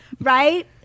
Right